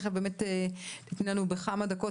תיכף תספרו לנו בכמה דקות,